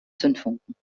zündfunken